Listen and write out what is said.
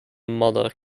mother